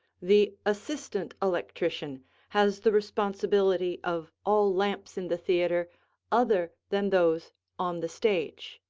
the assistant electrician has the responsibility of all lamps in the theatre other than those on the stage.